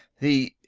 the.